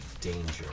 Danger